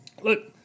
look